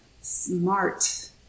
smart